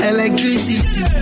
Electricity